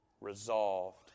resolved